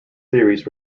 theories